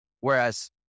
Whereas